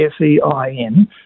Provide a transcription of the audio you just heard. F-E-I-N